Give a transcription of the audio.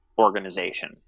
organization